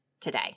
today